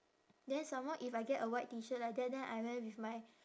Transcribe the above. then some more if I get a white T shirt like that then I wear with my